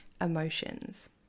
emotions